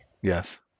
yes